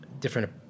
different